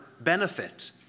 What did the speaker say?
benefit